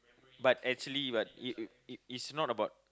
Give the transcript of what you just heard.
but actually but it it it's not about